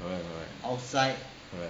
correct correct